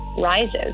rises